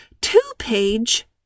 two-page